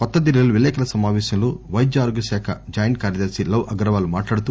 కొత్త ఢిల్లీలో విలేకరుల సమావేశంలో పైద్యారోగ్య శాఖ జాయింట్ కార్యదర్శి లవ్ అగర్వాల్ మాట్లాడుతూ